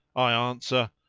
i answer,